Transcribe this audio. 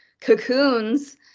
cocoons